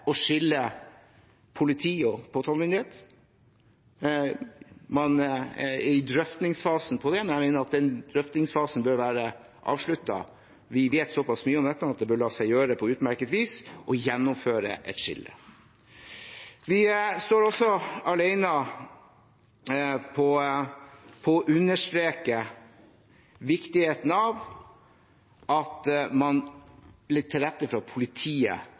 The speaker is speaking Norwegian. å skille politi og påtalemyndighet. Man er i drøftingsfasen på det, men jeg mener at den drøftingsfasen bør være avsluttet. Vi vet såpass mye om dette at det på utmerket vis bør la seg gjøre å gjennomføre et skille. Vi står også alene om å understreke viktigheten av at man legger til rette for at politiet